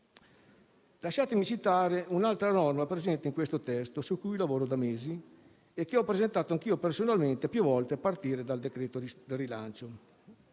Lasciatemi citare un'altra norma presente in questo testo, su cui lavoro da mesi e che ho presentato anch'io personalmente, più volte, a partire dal decreto rilancio.